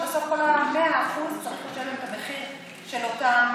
ובסוף כל ה-100% צריכים לשלם את המחיר של אותם